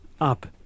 up